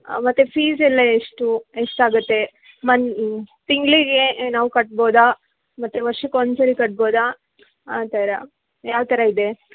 ಮತ್ತೆ ಫೀಸ್ ಎಲ್ಲ ಎಷ್ಟು ಎಷ್ಟಾಗತ್ತೆ ಮನ್ ತಿಂಗಳಿಗೆ ನಾವು ಕಟ್ಬೊದಾ ಮತ್ತೆ ವರ್ಷಕ್ಕೆ ಒನ್ ಸಾರಿ ಕಟ್ಬೊದಾ ಆ ಥರ ಯಾವ ಥರ ಇದೆ